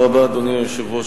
אדוני היושב-ראש,